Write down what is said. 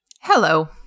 Hello